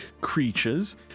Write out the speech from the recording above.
creatures